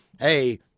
hey